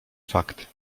fakt